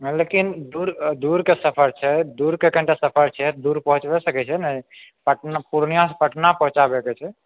हँ लेकिन दूर दूर के सफर छै दूर के कनीटा सफर छै दूर पहुँचबा सकै छियै ने पटना पूर्णिया सँ पटना पहुॅंचाबय के छै